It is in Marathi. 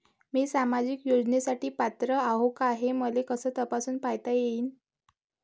मी सामाजिक योजनेसाठी पात्र आहो का, हे मले कस तपासून पायता येईन?